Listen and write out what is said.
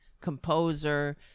composer